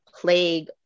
plague